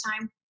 time